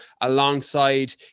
alongside